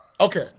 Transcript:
Okay